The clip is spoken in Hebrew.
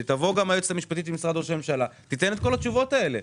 שתבוא גם היועצת המשפטית של משרד ראש הממשלה ותענה את כל התשובות האלה.